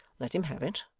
let him have it,